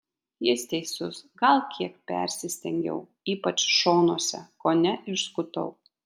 jis teisus gal kiek persistengiau ypač šonuose kone išskutau